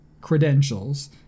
credentials